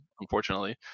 unfortunately